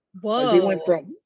Whoa